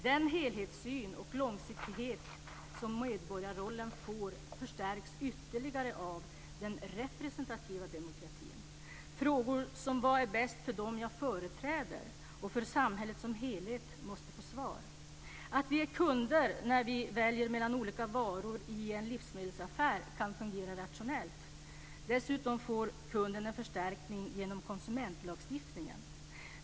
Den helhetssyn och långsiktighet som medborgarrollen får förstärks ytterligare av den representativa demokratin. Frågor om vad som är bäst för dem jag företräder och för samhället som helhet måste få svar. Att vi är kunder när vi väljer mellan olika varor i en livsmedelsaffär kan fungera rationellt. Dessutom får kunden en förstärkning genom konsumentlagstiftningen.